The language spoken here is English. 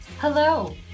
Hello